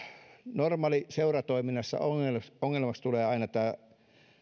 normaalissa seuratoiminnassa ongelmaksi ongelmaksi tulee aina